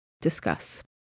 Discuss